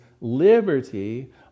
liberty